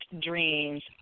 dreams